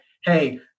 hey